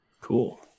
Cool